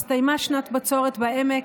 הסתיימה שנת בצורת בעמק,